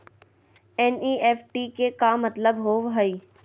NEFT के का मतलव होव हई?